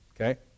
Okay